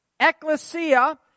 Ecclesia